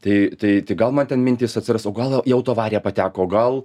tai tai tai gal man ten mintys atsiras o gal į autoavariją pateko o gal